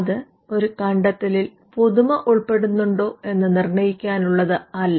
അത് ഒരു കണ്ടെത്തലിൽ പുതുമ ഉൾപ്പെടുന്നുണ്ടോ എന്ന് നിർണ്ണയിക്കുന്നതിനുള്ളതല്ല